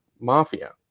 Mafia